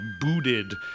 booted